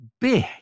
big